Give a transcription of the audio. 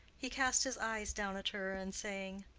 he cast his eyes down at her, and saying,